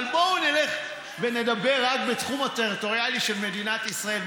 אבל בואו נלך ונדבר רק בתחום הטריטוריאלי של מדינת ישראל,